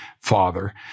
father